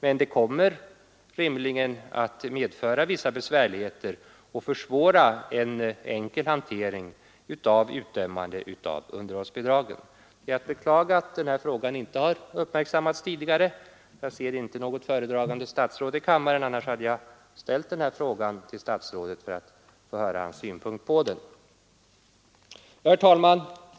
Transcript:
Men det kommer rimligen att försvåra handläggningen av frågor som gäller utdömande av underhållsbidrag. Det är att beklaga att denna fråga inte har uppmärksammats tidigare. Jag ser inte föredragande statsrådet i kammaren, annars hade jag ställt den här frågan till honom för att få höra hans synpunkt på den. Herr talman!